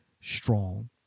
strong